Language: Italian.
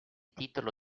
titolo